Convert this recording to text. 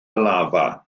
lafa